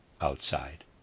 outside